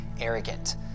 arrogant